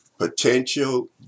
potential